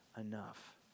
enough